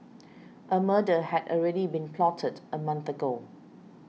a murder had already been plotted a month ago